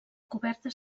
coberta